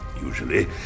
usually